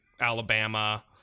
Alabama